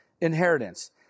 inheritance